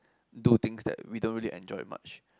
do things that we don't really enjoy much